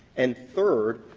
and third,